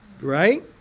Right